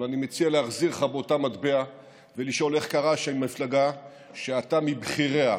אבל אני מציע להחזיר לך באותה מטבע ולשאול איך קרה שמפלגה שאתה מבכיריה,